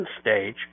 stage